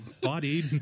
body